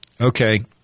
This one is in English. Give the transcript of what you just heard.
Okay